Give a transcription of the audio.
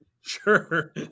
Sure